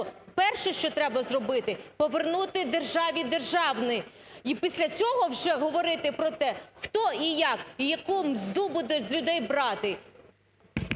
перше, що треба зробити, повернути державі державне і після цього вже говорити про те, хто і як, і яку мзду буде з людей брати.